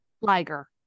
Liger